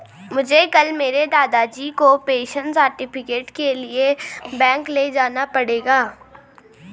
मुझे कल मेरे दादाजी को पेंशन सर्टिफिकेट के लिए बैंक ले जाना पड़ेगा